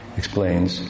explains